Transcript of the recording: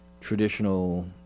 traditional